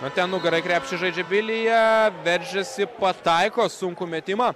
o ten nugara į krepšį žaidžia vilija veržiasi pataiko sunkų metimą